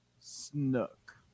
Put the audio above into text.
Snook